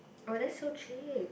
oh that's so cheap